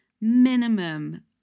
minimum